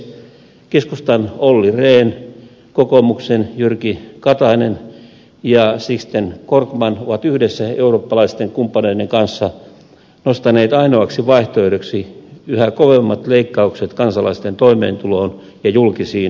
keskustan olli rehn kokoomuksen jyrki katainen ja sixten korkman ovat yhdessä eurooppalaisten kumppaneiden kanssa nostaneet ainoaksi vaihtoehdoksi yhä kovemmat leikkaukset kansalaisten toimeentuloon ja julkisiin menoihin